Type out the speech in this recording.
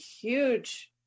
huge